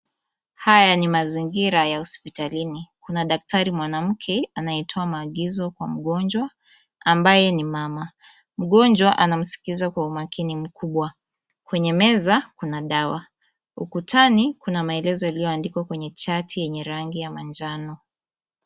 Haya ni mazingira ya hospitalini. Kuna daktari mwanamke anayetoa maagizo kwa mgonjwa ambaye ni mama. Mgonjwa anamsikiza kwa umakini mkubwa. Kwenye meza kuna dawa. Ukutani kuna maelezo yalioandikwa kwenye chati yenye rangi ya manjano.